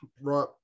right